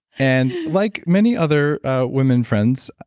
and like many other women friends,